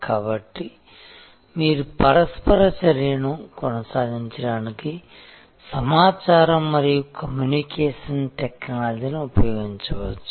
కాబట్టి మీరు పరస్పర చర్యను కొనసాగించడానికి సమాచారం మరియు కమ్యూనికేషన్ టెక్నాలజీని ఉపయోగించవచ్చు